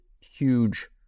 huge